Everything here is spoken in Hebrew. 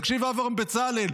תקשיב, אברהם בצלאל.